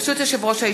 ברשות היושב-ראש,